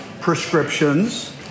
prescriptions